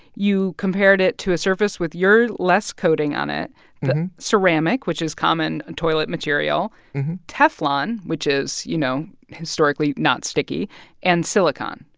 you compared it to a service with your less coating on it ceramic, which is common and toilet material teflon, which is, you know, historically not sticky and silicone.